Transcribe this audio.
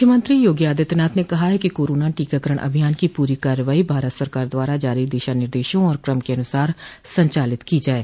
मुख्यमंत्री योगी आदित्यनाथ ने कहा है कि कोरोना टीकाकरण अभियान की पूरी कार्रवाई भारत सरकार द्वारा जारी दिशा निर्देशों और कम के अनुसार संचालित की जाये